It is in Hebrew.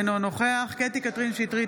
אינו נוכח קטי קטרין שטרית,